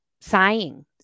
sighing